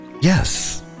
Yes